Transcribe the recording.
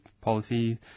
policy